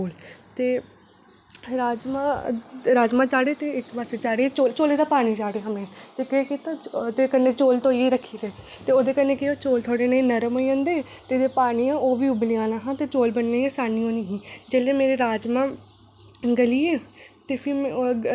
इस बेल्लै सारे त्यारियां होआ दियां न हर जगह शैह्रें बजारें बी होआ दियां घरें बिच बी होआ दियां ते असें बी करनियां भैनें भ्रांएं बी औना भैनें टिक्के लगाने सारा किश करना ते खाने पीने दा इंतजाम पूरा करना जो खाना होऐ चौल राजमां बगैरा बनाओ